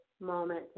moment